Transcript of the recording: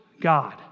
God